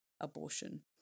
abortion